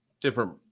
different